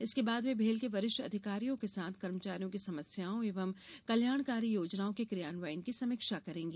इसके बाद वे भेल के वरिष्ठ अधिकारियों के साथ कर्मचारियों की समस्याओं एवं कल्याणकारी योजनाओं के क्रियान्वयन की समीक्षा करेंगी